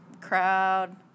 crowd